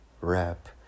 rap